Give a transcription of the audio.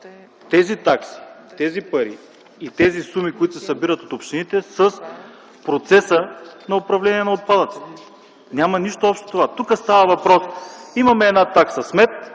тези такси, тези пари и тези суми, които се събират от общините, с процеса на управление на отпадъците. Няма нищо общо с това. Тук става въпрос, че имаме една такса „Смет”,